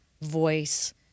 voice